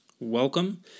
Welcome